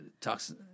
talks